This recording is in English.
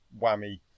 whammy